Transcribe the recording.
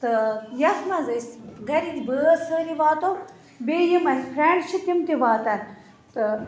تہٕ یتھ مَنٛز أسۍ گَرٕکۍ بٲژ سٲری واتو بیٚیہِ یِم اَسہِ فرٛینٛڈ چھِ تِم تہِ واتَن تہٕ